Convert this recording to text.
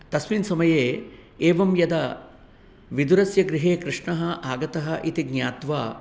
तस्मिन् समये एवं यदा विदुरस्य गृहे कृष्णः आगतः इति ज्ञात्वा